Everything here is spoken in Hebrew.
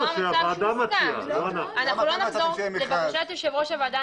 גם אתם לא אמרתם שיהיה מכרז.